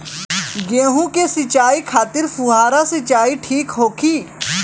गेहूँ के सिंचाई खातिर फुहारा सिंचाई ठीक होखि?